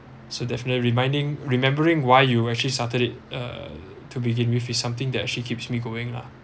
so definitely reminding remembering why you actually started it uh to begin with is something that actually keeps me going lah